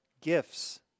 gifts